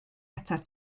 atat